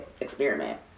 experiment